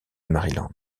maryland